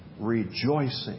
rejoicing